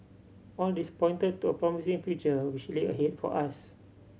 all this pointed to a promising future which lay ahead for us